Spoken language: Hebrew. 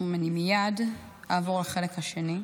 אני מייד אעבור לחלק השני.